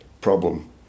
problem